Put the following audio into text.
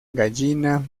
gallina